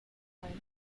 futile